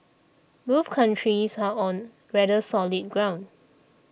both countries are on rather solid ground